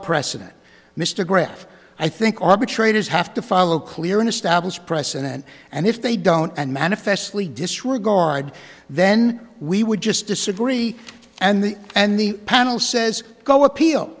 precedent mr graef i think arbitrators have to follow clear an established precedent and if they don't and manifestly disregard then we would just disagree and the and the panel says go appeal